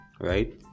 right